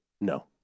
No